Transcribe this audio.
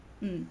mm